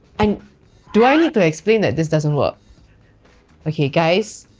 and do i need to explain that this doesn't work okay, guys,